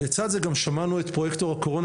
לצד זה גם שמענו את פרויקטור הקורונה,